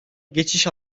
geçiş